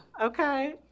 Okay